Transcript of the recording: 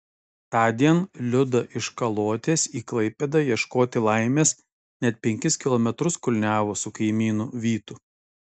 tądien liuda iš kalotės į klaipėdą ieškoti laimės net penkis kilometrus kulniavo su kaimynu vytu